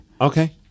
Okay